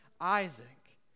Isaac